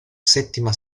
settima